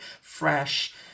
fresh